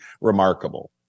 remarkable